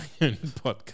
podcast